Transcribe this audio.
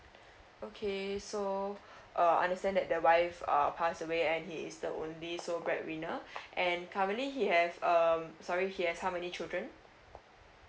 okay so uh understand that the wife uh pass away and he is the only sole bread winner and currently he have um sorry he has how many children